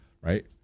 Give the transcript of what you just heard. right